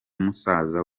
musaza